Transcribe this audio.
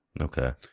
Okay